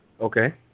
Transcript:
Okay